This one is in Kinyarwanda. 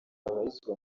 babarizwa